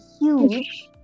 huge